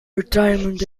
retirement